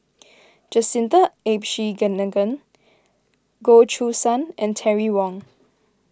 Jacintha Abisheganaden Goh Choo San and Terry Wong